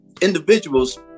individuals